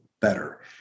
better